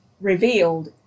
revealed